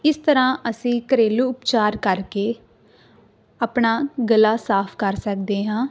ਇਸ ਤਰ੍ਹਾਂ ਅਸੀਂ ਘਰੇਲੂ ਉਪਚਾਰ ਕਰਕੇ ਆਪਣਾ ਗਲਾ ਸਾਫ ਕਰ ਸਕਦੇ ਹਾਂ